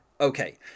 okay